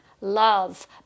love